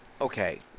Okay